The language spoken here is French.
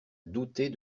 douter